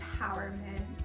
empowerment